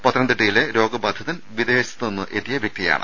പത്തനംതിട്ടയിലെ രോഗബാധിതൻ വിദേശത്ത് നിന്ന് എത്തിയ വ്യക്തിയാണ്